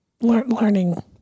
Learning